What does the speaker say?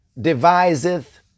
deviseth